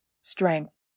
strength